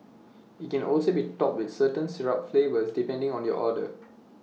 IT can also be topped with certain syrup flavours depending on your order